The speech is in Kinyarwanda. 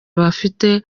bafite